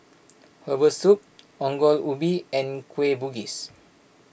Herbal Soup Ongol Ubi and Kueh Bugis